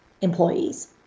employees